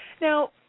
Now